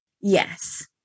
Yes